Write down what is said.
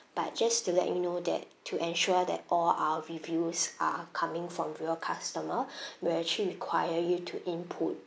but just to let you know that to ensure that all our reviews are coming from real customer we will actually require you to input